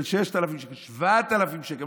6,000 ו-7,000 שקל.